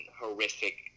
horrific